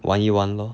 玩一玩 lor